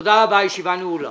תודה רבה, הישיבה נעולה.